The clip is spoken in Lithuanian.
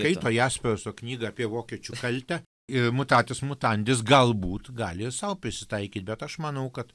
keito jasperso knygą apie vokiečių kaltę ir mutatis mutandis galbūt gali ir sau prisitaikyt bet aš manau kad